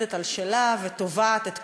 עומדת על שלה ותובעת את כבודה,